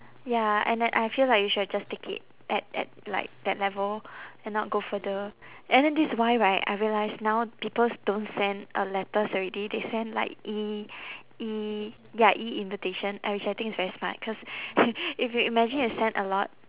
ya and that I feel like you should have just take it at at like that level and not go further and then this why right I realise now peoples don't send uh letters already they send like E E ya E invitation and which I think is very smart cause if you imagine you send a lot